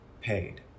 paid